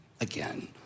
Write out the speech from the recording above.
again